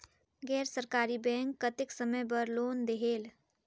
गैर सरकारी बैंक कतेक समय बर लोन देहेल?